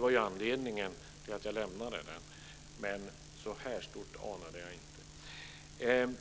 var ju anledningen till att jag skrev interpellationen, men att det var så här stort anade jag inte.